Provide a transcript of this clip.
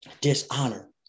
dishonor